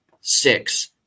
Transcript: six